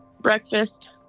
breakfast